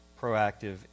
proactive